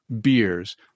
beers